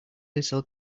little